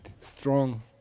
strong